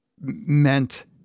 meant